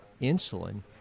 insulin